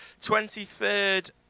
23rd